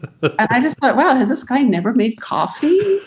but i just thought, wow, this guy never made coffee.